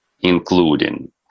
including